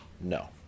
no